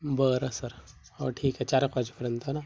बर सर हो ठीक आहे चारएक वाजेपर्यंत ना